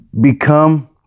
become